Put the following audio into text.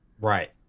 Right